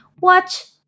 watch